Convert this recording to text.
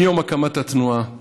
מיום הקמת התנועה ב-1984,